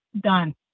done